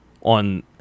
on